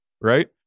right